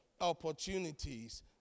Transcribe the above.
opportunities